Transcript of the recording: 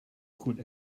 could